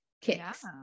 kicks